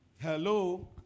Hello